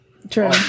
True